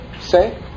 say